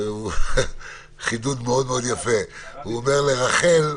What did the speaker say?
(1) חנות או דוכן, לרבות בית אוכל,